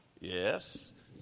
Yes